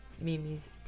Mimi's